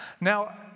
Now